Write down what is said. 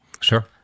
Sure